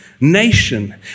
nation